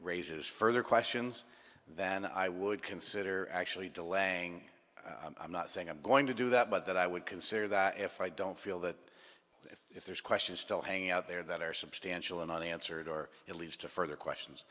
raises further questions than i would consider actually delaying i'm not saying i'm going to do that but that i would consider that if i don't feel that if there's questions still hanging out there that are substantial and only answered or it leads to further questions